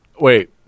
Wait